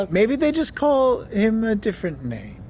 ah maybe they just call him a different name.